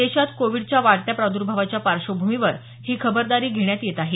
देशात कोविडच्या वाढत्या प्रादुर्भावाच्या पार्श्वभूमीवर ही खबरदारी घेण्यात येत आहे